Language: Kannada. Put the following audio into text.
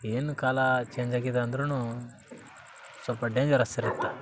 ಏನು ಕಾಲ ಚೇಂಜ್ ಆಗಿದೆ ಅಂದ್ರೂ ಸ್ವಲ್ಪ ಡೇಂಜರಸ್ ಇರುತ್ತೆ